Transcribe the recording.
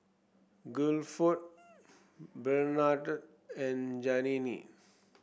Guilford Bernhard and Janene